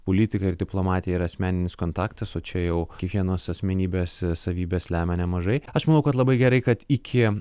politika ir diplomatija asmeninis kontaktas o čia jau kiekvienos asmenybės savybės lemia nemažai aš manau kad labai gerai kad iki